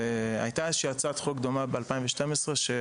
הייתה הצעת חוק דומה ב-2012 של